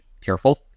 careful